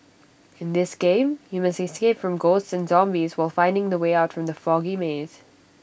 in this game you must escape from ghosts and zombies while finding the way out from the foggy maze